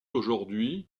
aujourd’hui